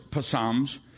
psalms